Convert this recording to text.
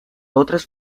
otras